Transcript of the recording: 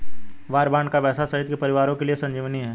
वार bond का पैसा शहीद के परिवारों के लिए संजीवनी है